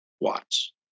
watts